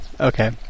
Okay